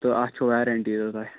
تہٕ اتھ چھِ وارنٛٹی تہِ تۄہہِ